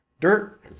dirt